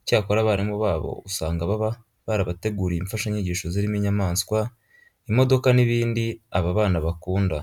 Icyakora abarimu babo usanga baba barabateguriye imfashanyigisho zirimo inyamaswa, imodoka n'ibindi aba bana bakunda.